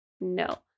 no